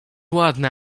ładne